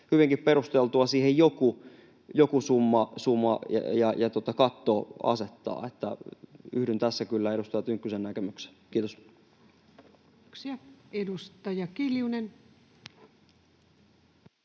hyvinkin perusteltua siihen joku summa ja katto asettaa, niin että yhdyn tässä kyllä edustaja Tynkkysen näkemykseen. — Kiitos. Kiitoksia. — Edustaja Kiljunen.